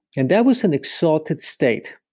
and that was an exalted state.